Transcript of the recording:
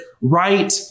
right